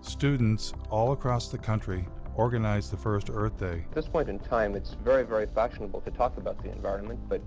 students all across the country organized the first earth day. this point in time, it's very, very fashionable to talk about the environment but